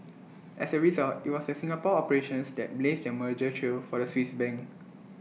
as A result IT was the Singapore operations that blazed the merger trail for the Swiss bank